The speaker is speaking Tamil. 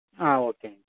ஆ ஓகேங்க